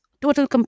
total